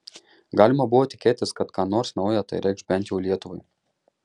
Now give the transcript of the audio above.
galima buvo tikėtis kad ką nors nauja tai reikš bent jau lietuvai